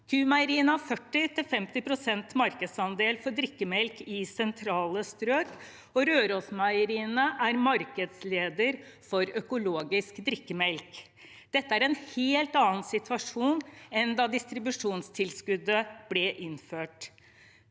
Q-Meieriene har 40–50 pst. markedsandel for drikkemelk i sentrale strøk, og Rørosmeieriet er markedsleder for økologisk drikkemelk. Dette er en helt annen situasjon enn da distribusjonstilskuddet ble innført.